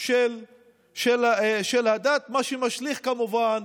של הדת, מה שמשליך כמובן